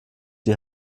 die